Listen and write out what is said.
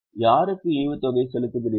யாருக்கு ஈவுத்தொகை செலுத்துகிறீர்கள்